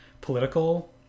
political